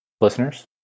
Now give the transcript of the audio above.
listeners